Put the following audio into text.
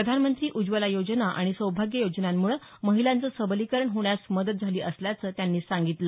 प्रधानमंत्री उज्ज्वला योजना आणि सौभाग्य योजनाम्ळं महिलांचं सबलीकरण होण्यास मदत झाली असल्याचं त्यांनी सांगितलं